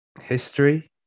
history